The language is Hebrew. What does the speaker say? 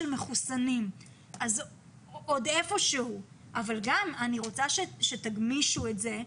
של מחוסנים אבל אני רוצה שתגמישו את זה.